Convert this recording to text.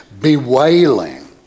bewailing